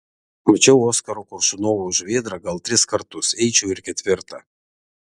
mačiau oskaro koršunovo žuvėdrą gal tris kartus eičiau ir ketvirtą